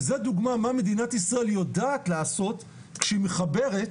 וזו דוגמא מה המדינה יודעת לעשות כשהיא מחברת,